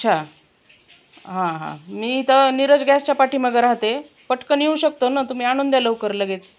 अच्छा हां हां मी इथं निरज गॅसच्या पाठीमागे राहते पटकन येऊ शकतो न तुम्ही आणून द्या लवकर लगेच